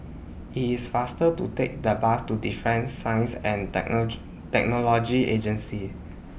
IT IS faster to Take The Bus to Defence Science and Technology Agency